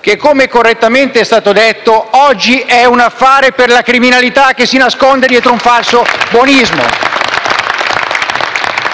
che, come correttamente è stato detto, oggi è un affare per la criminalità che si nasconde dietro un falso buonismo. *(Applausi